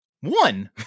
one